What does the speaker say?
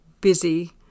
busy